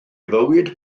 fywyd